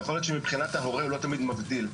יכול להיות שמבחינת ההורה הוא לא תמיד מבדיל,